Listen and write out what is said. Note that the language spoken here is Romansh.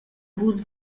vus